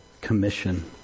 commission